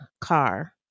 car